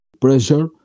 pressure